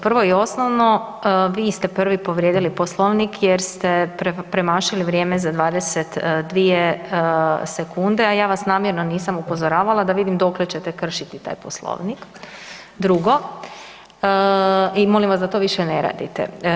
Prvo i osnovno, vi ste prvi povrijedili Poslovnik jer ste premašili vrijeme za 22 sekunde, a ja vas namjerno nisam upozoravala da vidim dokle ćete kršiti taj Poslovnik i molim vas da to više ne radite.